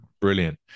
Brilliant